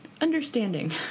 understanding